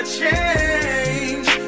change